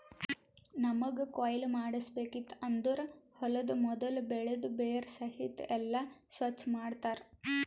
ನಮ್ಮಗ್ ಕೊಯ್ಲಿ ಮಾಡ್ಸಬೇಕಿತ್ತು ಅಂದುರ್ ಹೊಲದು ಮೊದುಲ್ ಬೆಳಿದು ಬೇರ ಸಹಿತ್ ಎಲ್ಲಾ ಸ್ವಚ್ ಮಾಡ್ತರ್